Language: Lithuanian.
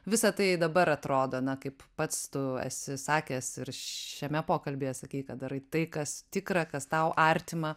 visa tai dabar atrodo na kaip pats tu esi sakęs ir šiame pokalbyje sakei kad darai tai kas tikra kas tau artima